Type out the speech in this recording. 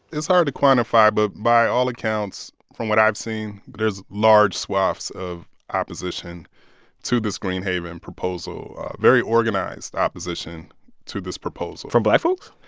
it's hard to quantify, but by all accounts, from what i've seen, there's large swaths of opposition to this greenhaven proposal a very organized opposition to this proposal from black folks?